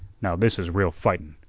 now, this is real fightin'.